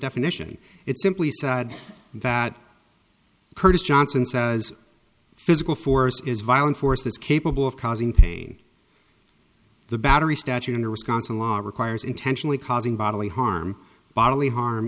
definition it simply said that curtis johnson says physical force is violent force is capable of causing pain the battery statute under wisconsin law requires intentionally causing bodily harm bodily harm